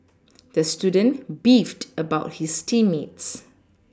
the student beefed about his team mates